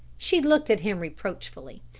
she looked at him reproachfully.